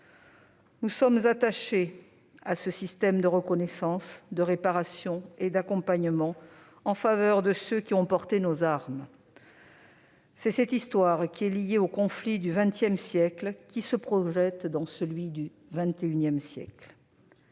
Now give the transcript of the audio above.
Nous sommes attachés à ce système de reconnaissance, de réparation et d'accompagnement en faveur de ceux qui ont porté nos armes. C'est l'histoire liée aux conflits du XXsiècle qui se projette dans le XXI siècle.